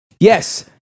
Yes